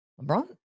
LeBron